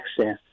access